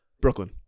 brooklyn